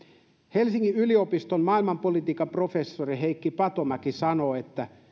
helsingin yliopiston maailmanpolitiikan professori heikki patomäki sanoo että